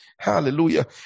hallelujah